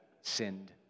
sinned